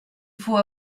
faut